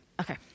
Okay